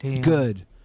good